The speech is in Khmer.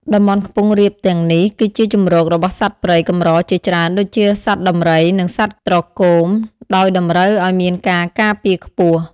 តំបន់ខ្ពង់រាបទាំងនេះគឺជាជម្រករបស់សត្វព្រៃកម្រជាច្រើន ដូចជា សត្វដំរី និងសត្វត្រគម ដោយតម្រូវឲ្យមានការការពារខ្ពស់។